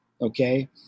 Okay